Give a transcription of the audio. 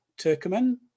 Turkmen